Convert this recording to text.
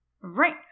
Right